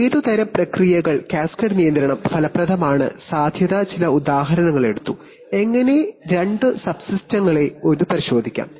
ഏതുതരം പ്രക്രിയകൾ Cascade നിയന്ത്രണം ഫലപ്രദമാണ് എന്ന് നോക്കാം